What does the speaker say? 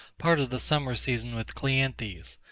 part of the summer season with cleanthes,